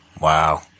Wow